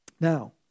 Now